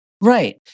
Right